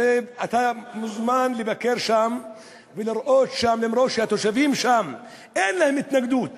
אתה מוזמן לבקר שם ולראות שלמרות שלתושבים שם אין התנגדות